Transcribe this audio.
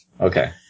Okay